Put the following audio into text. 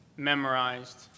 memorized